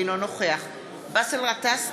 אינו נוכח באסל גטאס,